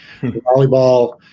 volleyball